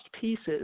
pieces